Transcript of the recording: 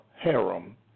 harem